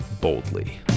boldly